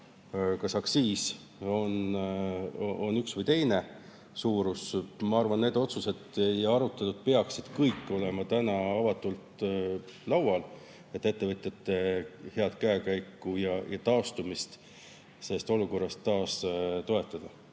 kas aktsiis on üks või teine suurus. Ma arvan, et need otsused peaksid kõik olema täna avatult laual, et ettevõtjate head käekäiku ja taastumist sellest olukorrast taas toetada.